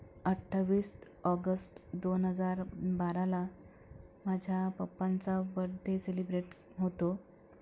अठ्ठावीस ऑगस्ट दोन हजार बाराला माझ्या पप्पांचा बर्थडे सेलिब्रेट होतो